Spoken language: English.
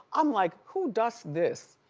i'm like, who does this?